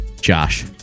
Josh